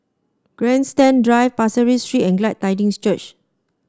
Grandstand Drive Pasir Ris Street and Glad Tidings Church